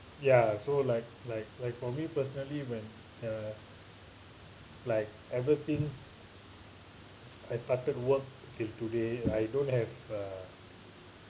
ya so like like like for me personally when uh like ever since I started work till today I don't have uh